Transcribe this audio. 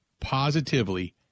positively